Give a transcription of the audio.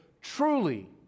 truly